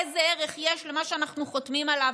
איזה ערך יש למה שאנחנו חותמים עליו?